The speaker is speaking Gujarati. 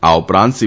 આ ઉપરાંત સી